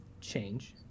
change